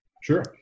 Sure